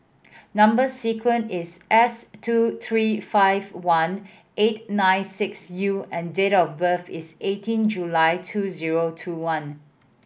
number sequence is S two three five one eight nine six U and date of birth is eighteen July two zero two one